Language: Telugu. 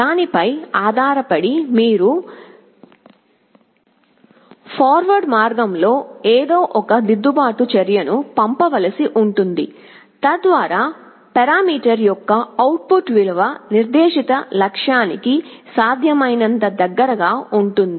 దానిపై ఆధారపడి మీరు ఫార్వర్డ్ మార్గంలో ఏదో ఒక దిద్దుబాటు చర్యను పంపవలసి ఉంటుంది తద్వారా పారా మీటర్ యొక్క అవుట్ పుట్ విలువ నిర్దేశిత లక్ష్యానికి సాధ్యమైనంత దగ్గరగా ఉంటుంది